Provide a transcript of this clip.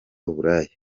uburaya